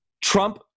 Trump